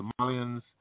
Somalians